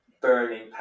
burning